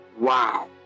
wow